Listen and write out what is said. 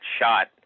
shot